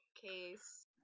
case